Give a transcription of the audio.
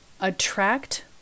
attract